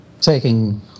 taking